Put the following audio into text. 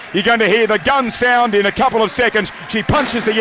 you're going to hear the like gun sound in a couple of seconds. she punches the yeah